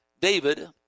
David